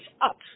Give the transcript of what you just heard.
up